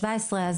2017,